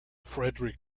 fredrik